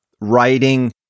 writing